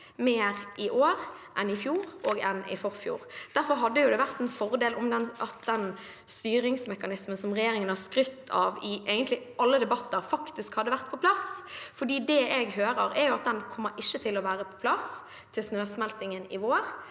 mer i år enn i fjor og i forfjor. Derfor hadde det vært en fordel at den styringsmekanismen som regjeringen har skrytt av i egentlig alle debatter, faktisk hadde vært på plass, for det jeg hører er at den ikke kommer til å være på plass til snøsmeltingen i vår.